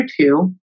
two